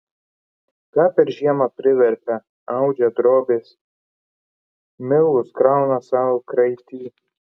ką per žiemą priverpia audžia drobes milus krauna sau kraitį